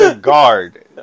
guard